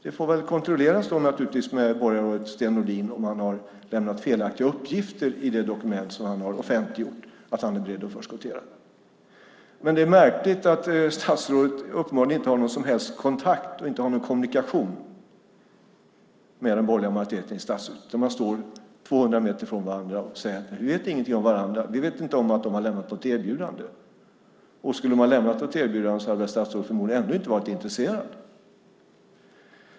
Det får väl kontrolleras med borgarrådet Sten Nordin om han har lämnat felaktiga uppgifter i det dokument som han har offentliggjort om att han är beredd att förskottera. Det är märkligt att statsrådet uppenbarligen inte har någon som helst kontakt och kommunikation med den borgerliga majoriteten i stadshuset. Man befinner sig 200 meter från varandra men vet inget om varandra. Regeringen vet inget om något erbjudande. Hade ett erbjudande lämnats skulle statsrådet förmodligen ändå inte ha varit intresserad.